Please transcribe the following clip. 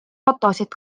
fotosid